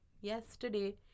yesterday